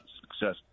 successful